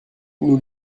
nous